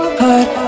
heart